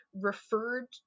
referred